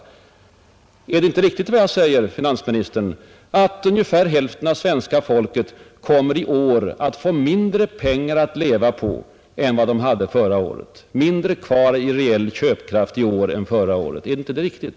Jag upprepar därför: Är det inte riktigt som jag säger, finansministern, att ungefär hälften av svenska folket i år kommer att få mindre pengar att leva på än vad de hade förra året, mindre kvar av reell köpkraft än vad de hade förra året? Är inte det riktigt?